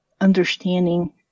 understanding